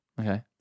Okay